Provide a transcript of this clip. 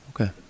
Okay